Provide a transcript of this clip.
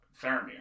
Faramir